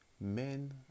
Men